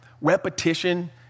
Repetition